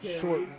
short